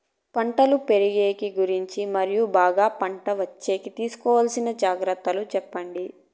పంటలు పెరిగేకి గురించి మరియు బాగా పంట వచ్చేకి తీసుకోవాల్సిన జాగ్రత్త లు సెప్పండి?